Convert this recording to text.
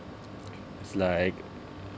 it's like